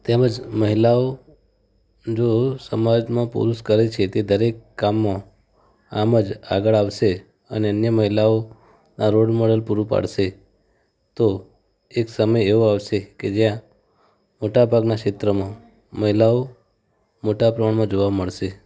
તેમજ મહિલાઓ જો સમાજમાં પુરુષ કરે છે તે દરેક કામમાં આમ જ આગળ આવશે અને અન્ય મહિલાઓ આ રોલ મૉડલ પૂરું પાડશે તો એક સમય એવો આવશે કે જયાં મોટા ભાગનાં ક્ષેત્રમાં મહિલાઓ મોટા પ્રમાણમાં જોવા મળશે